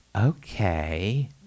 Okay